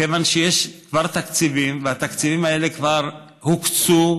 כיוון שיש כבר תקציבים והתקציבים האלה כבר הוקצו,